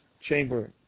chamber